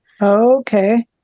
Okay